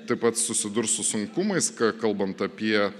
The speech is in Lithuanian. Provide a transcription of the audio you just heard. taip pat susidurs su sunkumais kalbant apie